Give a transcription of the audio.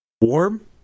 warm